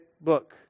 book